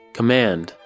Command